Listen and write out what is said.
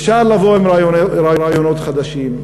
אפשר לבוא עם רעיונות חדשים,